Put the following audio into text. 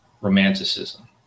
Romanticism